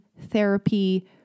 therapy